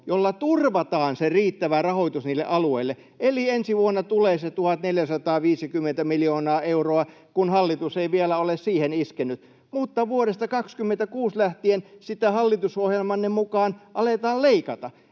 jolla turvataan se riittävä rahoitus niille alueille. [Krista Kiuru: Näin on!] Eli ensi vuonna tulee se 1 450 miljoonaa euroa, kun hallitus ei vielä ole siihen iskenyt, mutta vuodesta 26 lähtien sitä hallitusohjelmanne mukaan aletaan leikata.